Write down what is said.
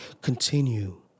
Continue